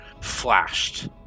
flashed